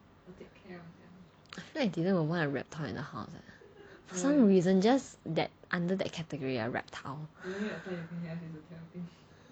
you know dylan will want a reptile in the house leh for some reason just under that category reptile